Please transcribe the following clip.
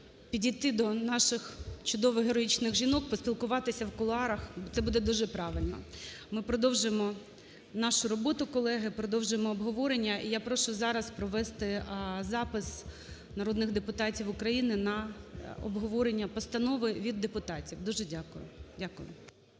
підійти до наших чудових героїчних жінок, поспілкуватися в кулуарах, це буде дуже правильно. Ми продовжуємо нашу роботу, колеги, продовжуємо обговорення. І я прошу зараз провести запис народних депутатів України на обговорення постанови від депутатів. Дуже дякую. Дякую.